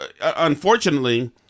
unfortunately